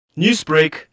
Newsbreak